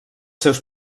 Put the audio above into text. seus